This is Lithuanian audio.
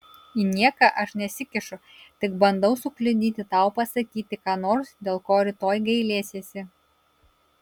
į nieką aš nesikišu tik bandau sukliudyti tau pasakyti ką nors dėl ko rytoj gailėsiesi